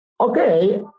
Okay